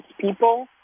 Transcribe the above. people